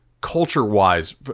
culture-wise